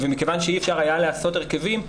ומכיוון שאי אפשר היה לעשות הרכבים,